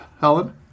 Helen